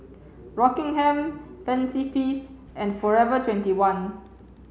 Rockingham Fancy Feast and Forever twenty one